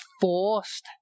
forced